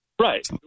Right